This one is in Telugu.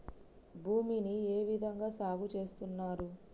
భూమిని ఏ విధంగా సాగు చేస్తున్నారు?